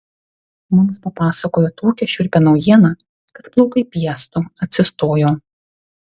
mums papasakojo tokią šiurpią naujieną kad plaukai piestu atsistojo